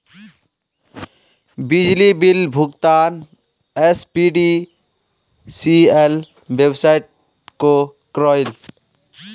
बिजली बिल भुगतान SBPDCL website से क्रॉइल